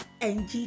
Ng